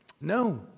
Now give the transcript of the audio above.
No